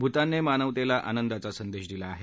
भूतानने मानवतेला आनंदाचा संदेश दिला आहे